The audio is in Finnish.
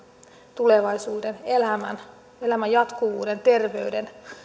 tulevaisuuden elämän elämän jatkuvuuden terveyden